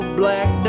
black